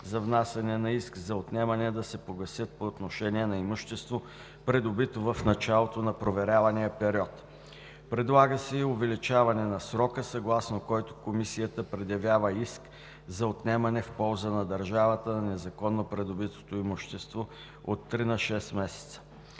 за внасяне на иск за отнемане да се погасят по отношение на имущество, придобито в началото на проверявания период. Предлага се и увеличаване на срока, съгласно който Комисията предявява иск за отнемане в полза на държавата на незаконно придобитото имущество, от три на шест месеца.